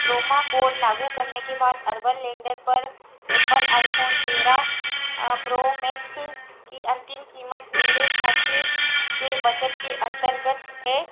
प्रोमा code लागू करने के बाद अर्बन लैंडर पर एप्पल आईफोन तेरह प्रो मैक्स की अंतिम क़ीमत मेरे ख़र्च के बजट के अंतर्गत है